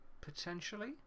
Potentially